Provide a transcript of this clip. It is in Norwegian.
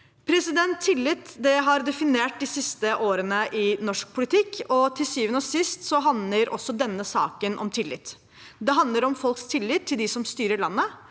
i NSM. Tillit har definert de siste årene i norsk politikk. Til syvende og sist handler også denne saken om tillit. Det handler om folks tillit til dem som styrer landet,